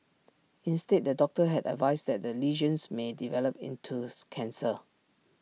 instead the doctor had advised that the lesions may develop into cancer